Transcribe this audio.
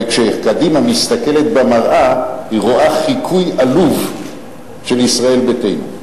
וכשקדימה מסתכלת במראה היא רואה חיקוי עלוב של ישראל ביתנו.